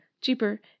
cheaper